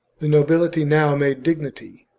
the nobility now made dignity,